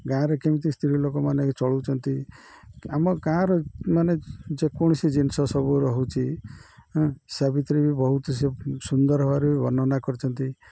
ଗାଁରେ କେମିତି ସ୍ତ୍ରୀ ଲୋକମାନେ ଚଳୁଛନ୍ତି ଆମ ଗାଁର ମାନେ ଯେକୌଣସି ଜିନିଷ ସବୁ ରହୁଛି ସେ ଭିତରେ ବି ବହୁତ ସେ ସୁନ୍ଦର ଭାବରେ ବି ବର୍ଣ୍ଣନା କରିଛନ୍ତି